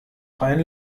freien